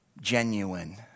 genuine